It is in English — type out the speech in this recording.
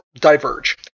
diverge